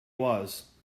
was